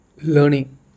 Learning